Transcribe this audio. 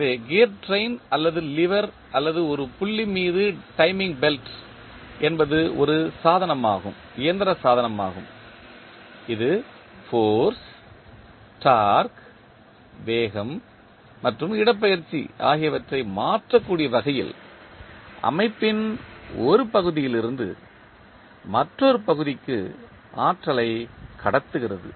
எனவே கியர் ரயில் அல்லது லிவர் அல்லது ஒரு புல்லி மீது டைமிங் பெல்ட் என்பது ஒரு இயந்திர சாதனமாகும் இது ஃபோர்ஸ் டார்க்கு வேகம் மற்றும் இடப்பெயர்ச்சி ஆகியவற்றை மாற்றக்கூடிய வகையில் அமைப்பின் ஒரு பகுதியிலிருந்து மற்றொரு பகுதிக்கு ஆற்றலை கடத்துகிறது